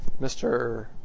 Mr